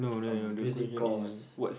a music course